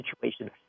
situation